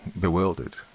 bewildered